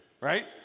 right